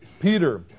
Peter